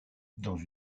dans